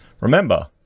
Remember